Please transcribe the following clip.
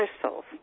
crystals